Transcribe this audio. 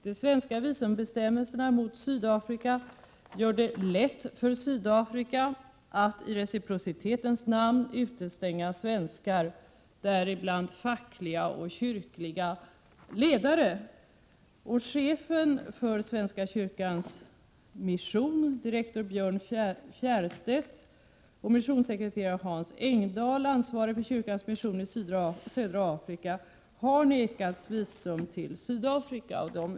De svenska visumbestämmelserna mot Sydafrika gör det lätt för Sydafrika att i reciprocitetens namn utestänga svenskar, däribland fackliga och kyrkliga ledare. Chefen för Svenska kyrkans mission, direktor Biörn Fjärstedt, och missionssekreterare Hans Engdahl, ansvarig för kyrkans mission i Södra Afrika, har nekats visum till Sydafrika.